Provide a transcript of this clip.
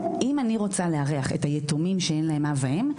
אם אני רוצה לארח את היתומים שאין להם אב ואם,